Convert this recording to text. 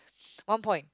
one point